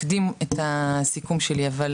אקדים את הסיכום שלי, אבל